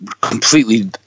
completely